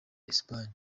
espagne